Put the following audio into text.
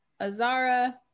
Azara